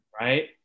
Right